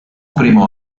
primo